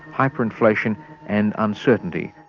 hyper-inflation and uncertainty.